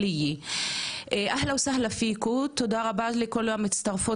בהתאם להוראות סעיף 120 ד' לתקנון הכנסת